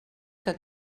que